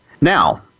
now